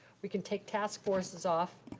we can take task forces off.